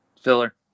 Filler